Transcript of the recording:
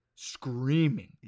screaming